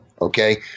Okay